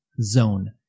zone